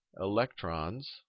Electrons